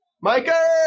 Micah